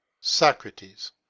Socrates